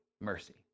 mercy